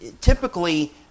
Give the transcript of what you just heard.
typically